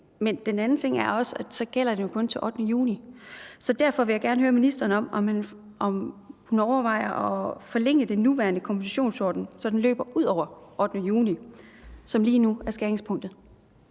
ting. Den anden ting er, at den kun gælder til den 8. juni. Så derfor vil jeg gerne høre ministeren om, om hun overvejer at forlænge den nuværende kompensationsordning, så den løber ud over den 8. juni, som lige nu er skæringspunktet.